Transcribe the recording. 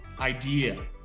idea